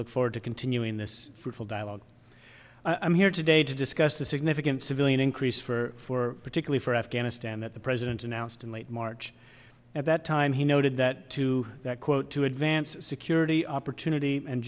look forward to continuing this fruitful dialogue i'm here today to discuss the significant civilian increase for four particularly for afghanistan that the president announced in late march at that time he noted that to that quote to advance security opportunity and